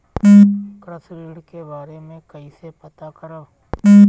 कृषि ऋण के बारे मे कइसे पता करब?